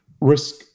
risk